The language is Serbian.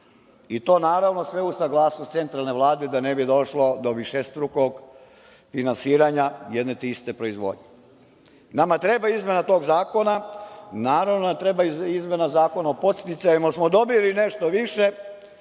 i to, naravno, sve uz saglasnost centralne Vlade, da ne bi došlo do višestrukog finansiranja jedne te iste proizvodnje. Nama treba izmena tog zakona, naravno da nam treba izmena Zakona o podsticajima, jer smo dobili nešto više,